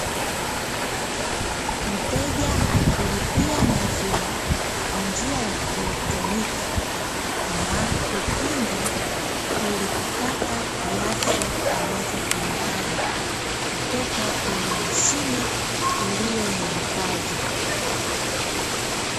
Mteja akilipia maziwa kwa njia ya kieletroniki na kukinga, ili kupata kiasi anachokihitaji kutoka kwenye mashine iliyoyahifadhi.